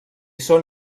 són